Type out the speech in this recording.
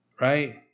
right